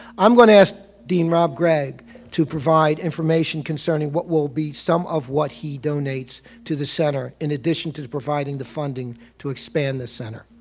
i'm going to ask dean rob gregg to provide information concerning what will be some of what he donates to the center in addition to to providing the funding to expand the center.